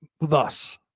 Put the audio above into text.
thus